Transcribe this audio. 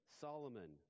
Solomon